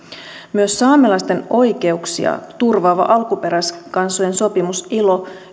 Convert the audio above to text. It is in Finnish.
myös saamelaisten oikeuksia turvaava alkuperäiskansojen sopimus ilo